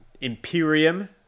Imperium